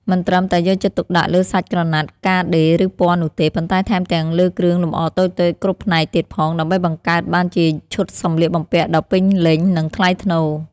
មិនត្រឹមតែយកចិត្តទុកដាក់លើសាច់ក្រណាត់ ការដេរ ឬពណ៌នោះទេ ប៉ុន្តែថែមទាំងលើគ្រឿងលម្អតូចៗគ្រប់ផ្នែកទៀតផង ដើម្បីបង្កើតបានជាឈុតសម្លៀកបំពាក់ដ៏ពេញលេញ និងថ្លៃថ្នូរ។